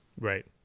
right